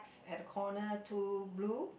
at the corner two blue